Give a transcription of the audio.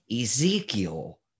Ezekiel